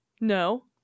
no